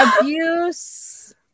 abuse